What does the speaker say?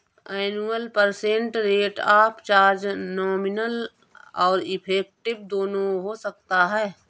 annual percent rate of charge nominal और effective दोनों हो सकता है